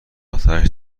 اتش